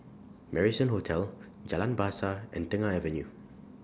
Marrison Hotel Jalan Bahasa and Tengah Avenue